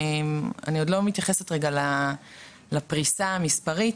אני עוד לא מתייחסת לפריסה המספרית,